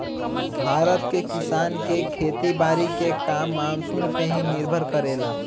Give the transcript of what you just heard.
भारत के किसान के खेती बारी के काम मानसून पे ही निर्भर करेला